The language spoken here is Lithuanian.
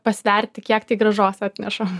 pasverti kiek tai grąžos atneša